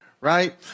right